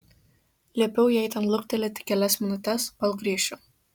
liepiau jai ten luktelėti kelias minutes kol grįšiu